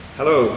Hello